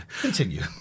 continue